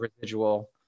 residual